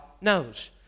knows